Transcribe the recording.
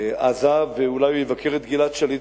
לעזה ואולי הוא יבקר את גלעד שליט,